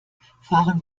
fahren